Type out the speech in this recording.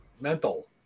mental